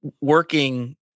working